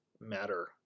matter